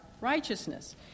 righteousness